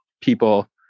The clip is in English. people